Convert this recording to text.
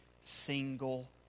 single